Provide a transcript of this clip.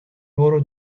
برو